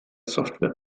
software